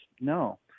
No